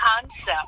concept